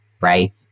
right